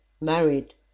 married